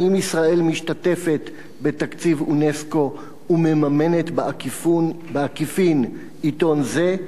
האם ישראל משתתפת בתקציב אונסק"ו ומממנת בעקיפין עיתון זה?